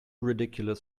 ridiculous